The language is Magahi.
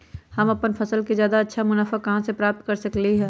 हम अपन फसल से अच्छा मुनाफा कहाँ से प्राप्त कर सकलियै ह?